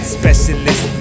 specialist